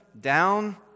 down